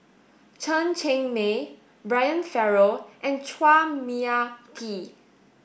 Chen Cheng Mei Brian Farrell and Chua Mia Tee